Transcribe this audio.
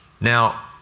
Now